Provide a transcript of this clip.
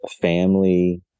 family